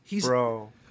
Bro